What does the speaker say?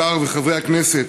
וחברי הכנסת,